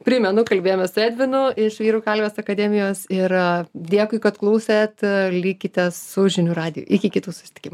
primenu kalbėjomės su edvinu iš vyrų kalvės akademijos ir dėkui kad klausėt likite su žinių radiju iki kitų susitikimų